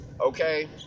okay